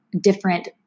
different